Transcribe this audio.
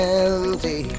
empty